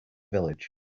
village